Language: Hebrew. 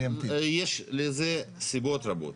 יש לזה סיבות רבות.